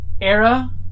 Era